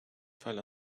fell